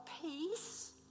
peace